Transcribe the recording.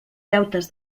deutes